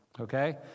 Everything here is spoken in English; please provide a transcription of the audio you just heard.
Okay